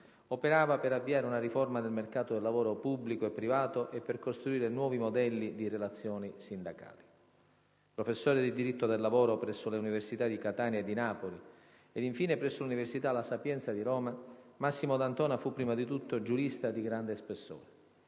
operava per avviare una riforma del mercato del lavoro pubblico e privato, e per costruire nuovi modelli di relazioni sindacali. Professore di diritto del lavoro presso le università di Catania e di Napoli, ed infine presso l'università "La Sapienza" di Roma, Massimo d'Antona fu, prima di tutto, giurista di grande spessore.